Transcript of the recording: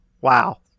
Wow